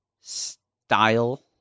style